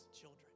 children